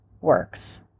works